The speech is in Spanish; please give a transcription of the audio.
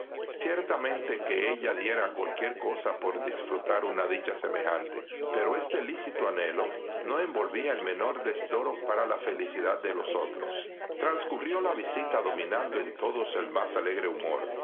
ciertamente que ella diera cualquier cosa por disfrutar una dicha semejante pero este lícito anhelo no envolvía el menor desdoro para la felicidad de los otros transcurrió la visita dominando en todos e más alegre humor